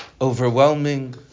overwhelming